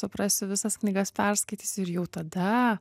suprasiu visas knygas perskaitysiu ir jau tada